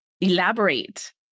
Elaborate